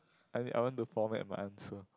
I mean I want to format my answer